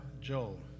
Joel